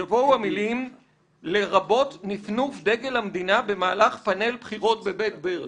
יבואו המילים "לרבות נפנוף דגל המדינה במהלך פאנל בחירות בבית ברל".